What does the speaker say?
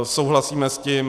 Souhlasíme s tím.